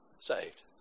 saved